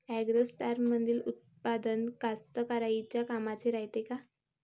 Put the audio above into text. ॲग्रोस्टारमंदील उत्पादन कास्तकाराइच्या कामाचे रायते का?